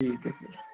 ਠੀਕ ਹੈ ਸਰ